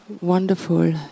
wonderful